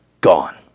Gone